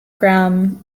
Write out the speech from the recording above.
graham